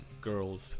girls